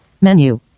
Menu